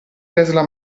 tesla